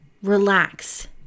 Relax